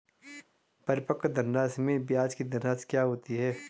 परिपक्व धनराशि में ब्याज की धनराशि क्या होती है?